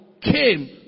came